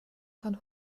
von